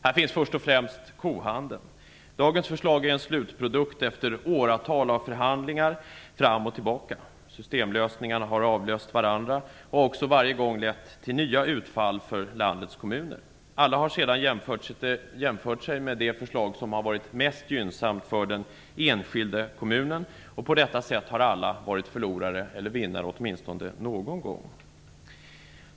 Här finns först och främst kohandeln. Dagens förslag är en slutprodukt efter åratal av förhandlingar fram och tillbaka. Olika systemlösningar har avlöst varandra och har varje gång lett till nya utfall för landets kommuner. Alla har sedan jämfört sig med det förslag som varit mest gynnsamt för den enskilda kommunen. På detta sätt har alla varit förlorare eller vinnare, åtminstone någon gång.